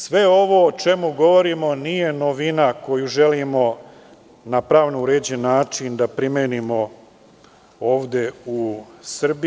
Sve ovo o čemu govorimo nije novina koju želimo na pravno uređen način da primenimo ovde u Srbiji.